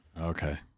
Okay